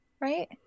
right